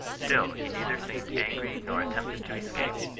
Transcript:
still he neither seemed angry nor attempted to escape,